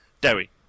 Derry